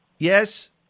Yes